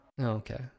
okay